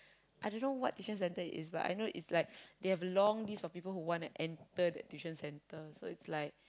I don't know what tuition center it is but I know it's like they have long list of people who want to enter that tuition center so it's like